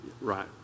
right